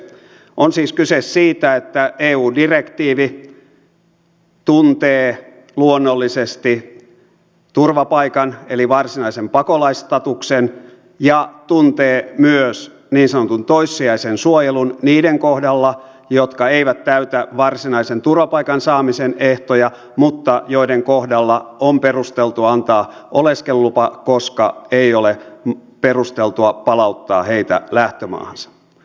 on siis kyse siitä että eu direktiivi tuntee luonnollisesti turvapaikan eli varsinaisen pakolaisstatuksen ja tuntee myös niin sanotun toissijaisen suojelun niiden kohdalla jotka eivät täytä varsinaisen turvapaikan saamisen ehtoja mutta joiden kohdalla on perusteltua antaa oleskelulupa koska ei ole perusteltua palauttaa heitä lähtömaahansa